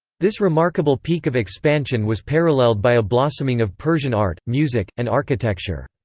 this remarkable peak of expansion was paralleled by a blossoming of persian art, music, and architecture.